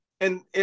And-